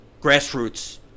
grassroots